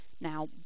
now